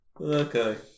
Okay